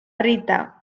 rita